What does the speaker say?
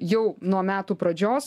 jau nuo metų pradžios